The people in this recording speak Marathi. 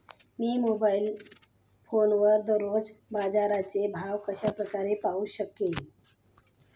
मी मोबाईल फोनवर दररोजचे बाजाराचे भाव कशा प्रकारे पाहू शकेल?